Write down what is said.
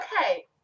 Okay